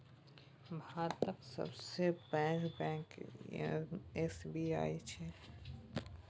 भातक सबसँ पैघ बैंक एस.बी.आई छै